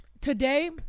Today